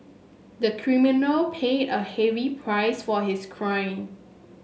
the criminal paid a heavy price for his crime